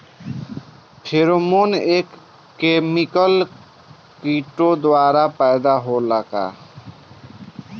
Pheromone एक chemical किटो द्वारा पैदा होला का?